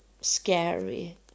scary